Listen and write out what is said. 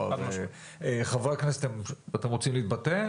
חברי הכנסת אתם רוצים להתבטא?